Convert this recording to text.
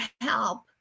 help